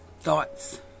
thoughts